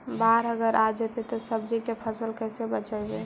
बाढ़ अगर आ जैतै त सब्जी के फ़सल के कैसे बचइबै?